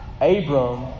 Abram